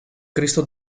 cristo